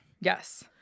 Yes